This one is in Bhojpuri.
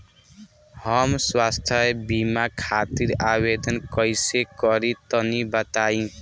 हम स्वास्थ्य बीमा खातिर आवेदन कइसे करि तनि बताई?